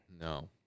No